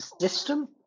system